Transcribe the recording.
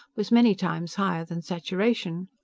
was many times higher than saturation.